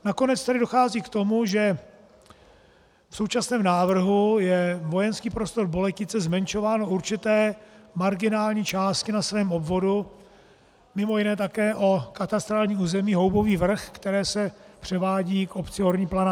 Nakonec tedy dochází k tomu, že v současném návrhu je vojenský prostor Boletice zmenšován o určité marginální části na svém obvodu, mimo jiné také o katastrální území Houbový Vrch, které se převádí k obci Horní Planá.